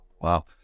wow